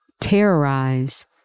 terrorize